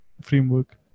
framework